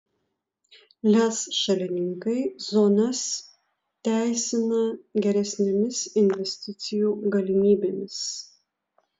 lez šalininkai zonas teisina geresnėmis investicijų galimybėmis